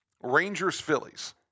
Rangers-Phillies